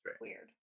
Weird